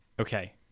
Okay